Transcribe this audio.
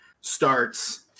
starts